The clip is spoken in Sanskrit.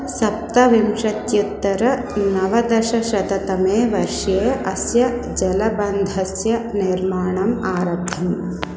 सप्तविंशत्युत्तरनवदशशततमे वर्षे अस्य जलबन्धस्य निर्माणम् आरब्धम्